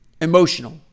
emotional